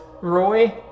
Roy